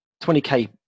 20k